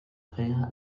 fea